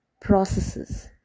processes